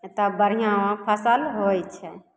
तब बढ़िऑं फसल होइ छै